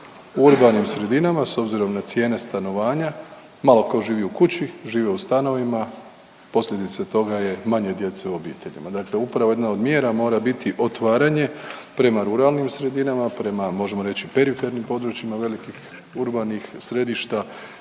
U urbanim sredinama s obzirom na cijene stanovanja, malo tko živi u kući. Žive u stanovima. Posljedica toga je manje djece u obiteljima. Dakle upravo jedna od mjera mora biti otvaranje prema ruralnim sredinama, prema možemo reći perifernim područjima velikih urbanih središta